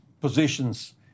positions